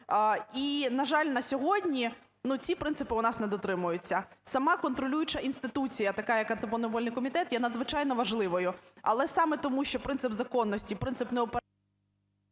І, на жаль, на сьогодні, ну, ці принципи у нас не дотримуються. Сама контролююча інституція, така, як Антимонопольний комітет, є надзвичайно важливою. Але саме тому, що принцип законності, принцип… ГОЛОВУЮЧИЙ.